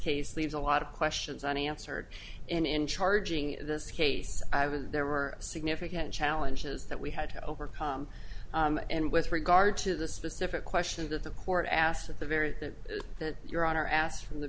case leaves a lot of questions unanswered and in charging this case i was there were significant challenges that we had to overcome and with regard to the specific question that the court asked at the very thing that your honor asked from the